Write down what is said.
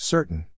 Certain